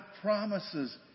promises